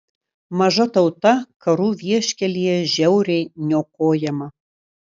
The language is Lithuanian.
maža tauta karų vieškelyje žiauriai niokojama